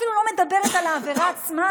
אני אפילו לא מדברת על העבירה עצמה,